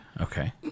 Okay